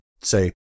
say